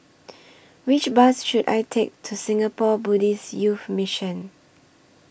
Which Bus should I Take to Singapore Buddhist Youth Mission